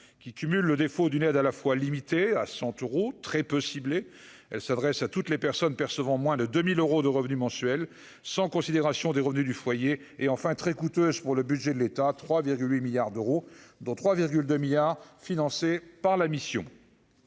qui cumule le défaut d'une aide à la fois limitée à cent euros très peu ciblé, elle s'adresse à toutes les personnes percevant moins de deux mille euros de revenus mensuels, sans considération des revenus du foyer et enfin très coûteuse pour le budget de l'État 3 8 milliards d'euros, dont 3,2 milliards financés par la mission.